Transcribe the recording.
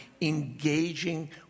engaging